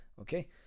okay